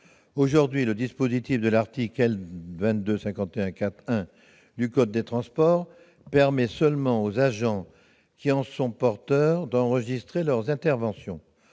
Aujourd'hui, le dispositif autorisé par l'article L. 2251-4-1 du code des transports permet seulement aux agents qui en sont porteurs d'enregistrer leurs interventions.